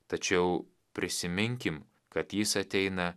tačiau prisiminkim kad jis ateina